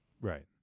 Right